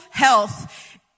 health